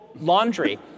laundry